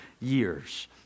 years